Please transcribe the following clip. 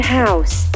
house